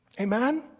Amen